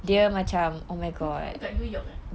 brooklyn dekat new york eh